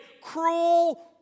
cruel